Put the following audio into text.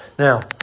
Now